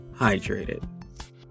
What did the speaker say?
hydrated